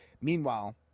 Meanwhile